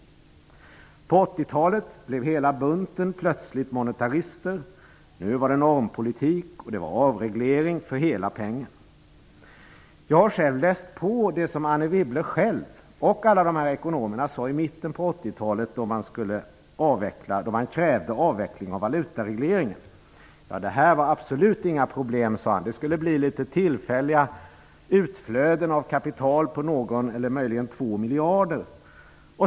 Under 80-talet blev hela bunten plötsligt monetarister. Nu var det normpolitik och avreglering för hela slanten. Jag har läst på det som Anne Wibble själv och alla dessa ekonomer sade i mitten av 80-talet, då man krävde avveckling av valutaregleringen. Det var absolut inga problem, sade man. Det skulle bli litet tillfälliga utflöden av kapital på någon miljard eller möjligen två miljarder.